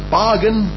bargain